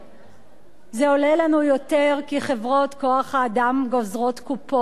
זה עולה לנו יותר כי חברות כוח-האדם גוזרות קופונים וזה פוגע